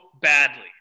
badly